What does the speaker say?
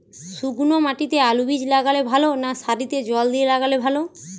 শুক্নো মাটিতে আলুবীজ লাগালে ভালো না সারিতে জল দিয়ে লাগালে ভালো?